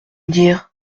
dire